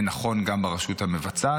זה נכון גם ברשות המבצעת,